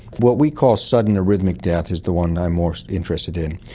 what we call sudden arrhythmic death is the one i'm more interested in.